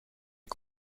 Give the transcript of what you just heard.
est